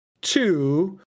two